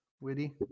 Witty